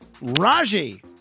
Raji